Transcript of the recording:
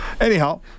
Anyhow